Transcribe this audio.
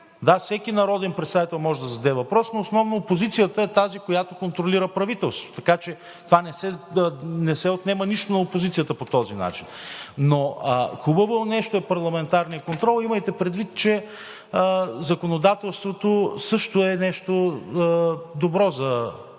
Да, всеки народен представител може да зададе въпрос, но основно опозицията е тази, която контролира правителството. Така че не се отнема нищо на опозицията по този начин. Хубаво нещо е парламентарният контрол. Имайте предвид, че законодателството също е нещо добро за държавата, стига